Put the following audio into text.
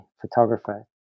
photographer